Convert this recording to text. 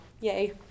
Yay